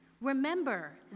remember